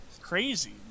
crazy